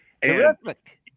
Terrific